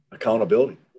Accountability